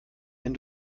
wenn